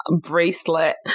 bracelet